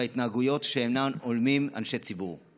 וההתנהגויות שאינן הולמות אנשי ציבור.